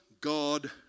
God